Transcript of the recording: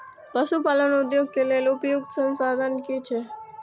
पशु पालन उद्योग के लेल उपयुक्त संसाधन की छै?